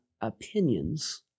opinions